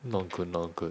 not good not good